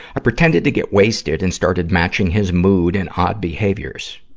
i pretended to get wasted and started matching his mood and odd behaviors.